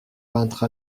peintre